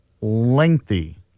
lengthy